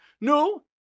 no